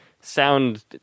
sound